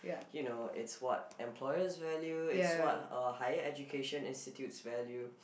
you know it's what employers value it's what uh higher education institutes value